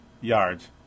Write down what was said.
yards